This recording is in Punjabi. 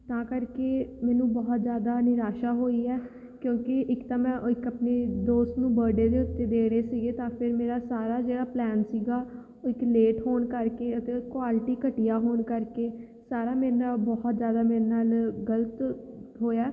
ਤਾਂ ਕਰਕੇ ਮੈਨੂੰ ਬਹੁਤ ਜ਼ਿਆਦਾ ਨਿਰਾਸ਼ਾ ਹੋਈ ਹੈ ਕਿਉਂਕਿ ਇੱਕ ਤਾਂ ਮੈਂ ਇੱਕ ਆਪਣੀ ਦੋਸਤ ਨੂੰ ਬਰਡੇ ਦੇ ਉੱਤੇ ਦੇ ਰਹੇ ਸੀਗੇ ਤਾਂ ਫਿਰ ਮੇਰਾ ਸਾਰਾ ਜਿਹੜਾ ਪਲੈਨ ਸੀਗਾ ਉਹ ਇੱਕ ਲੇਟ ਹੋਣ ਕਰਕੇ ਅਤੇ ਉਹ ਕੁਆਲਿਟੀ ਘਟੀਆ ਹੋਣ ਕਰਕੇ ਸਾਰਾ ਮੇਰੇ ਨਾਲ ਬਹੁਤ ਜ਼ਿਆਦਾ ਮੇਰੇ ਨਾਲ ਗਲਤ ਹੋਇਆ